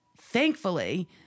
thankfully